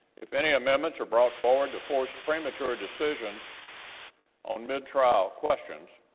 if any amendments are brought forward to force premature decisions on mid-trial questions,